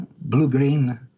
blue-green